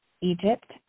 Egypt